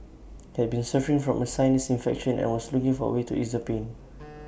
had been suffering from A sinus infection and was looking for A way to ease the pain